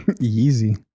Easy